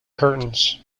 curtains